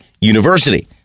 University